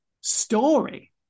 story